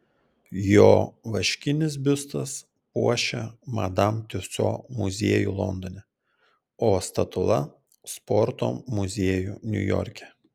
jo vaškinis biustas puošia madam tiuso muziejų londone o statula sporto muziejų niujorke